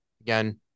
again